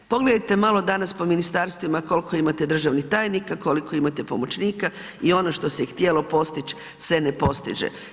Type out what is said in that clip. Pogledajte malo danas po ministarstvima koliko imate državnih tajnika, koliko imate pomoćnika i ono što se je htjelo postići se ne postiže.